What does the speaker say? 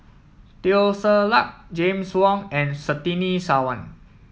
Teo Ser Luck James Wong and Surtini Sarwan